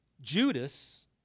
Judas